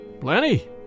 Plenty